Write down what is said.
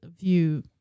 view